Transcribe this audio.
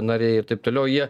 nariai ir taip toliau jie